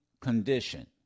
condition